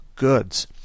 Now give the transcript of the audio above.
Goods